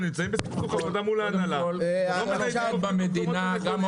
הם נמצאים בסכסוך עבודה מול ההנהלה ולא מניידים עובדים למקומות הנכונים,